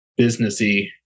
businessy